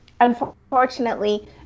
unfortunately